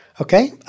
Okay